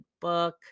book